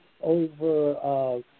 over